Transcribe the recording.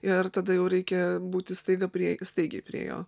ir tada jau reikia būti staiga prie staigiai prie jo